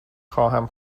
خواهم